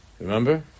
remember